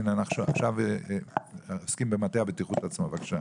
אנחנו עוסקים במטה הבטיחות עצמו, בבקשה.